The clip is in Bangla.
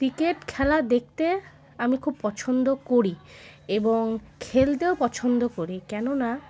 ক্রিকেট খেলা দেখতে আমি খুব পছন্দ করি এবং খেলতেও পছন্দ করি কেননা